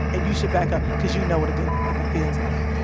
you should back up because you know what a good whipping feels like,